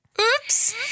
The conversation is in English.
Oops